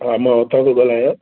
हा मां हुतां थो ॻाल्हायां